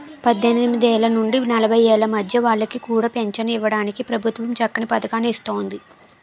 పద్దెనిమిదేళ్ల నుండి నలభై ఏళ్ల మధ్య వాళ్ళకి కూడా పెంచను ఇవ్వడానికి ప్రభుత్వం చక్కని పదకాన్ని ఇస్తోంది